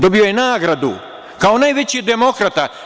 Dobijao je nagradu kao najveći demokrata.